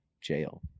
jail